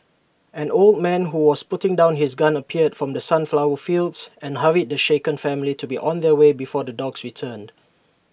an old man who was putting down his gun appeared from the sunflower fields and hurried the shaken family to be on their way before the dogs return